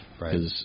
Right